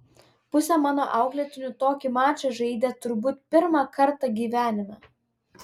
pusė mano auklėtinių tokį mačą žaidė turbūt pirmą kartą gyvenime